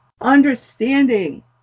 understanding